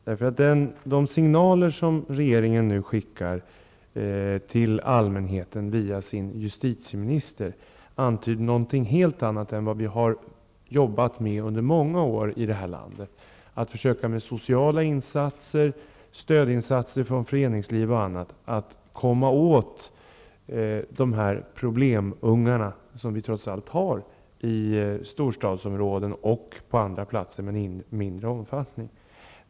De signaler som regeringen nu skickar till allmänheten via sin justitieminister antyder någonting helt annat än vad vi har arbetat med under många år i det här landet, nämligen att med sociala insatser och stödinsatser från föreningsliv och annat försöka komma åt dessa problembarn som vi trots allt har i storstadsområden och som även i mindre omfattning finns på andra platser.